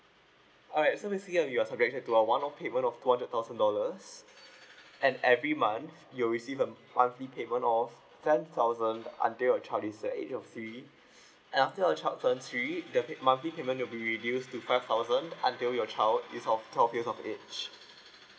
alright so basically um you're subjected to our one off payment of two hundred thousand dollars and every month you will receive um one free payment of ten thousand uh until your child is at age of three and after your child turns three the pay~ monthly payment will be reduced to five thousand until your child is of twelve years of age